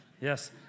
Yes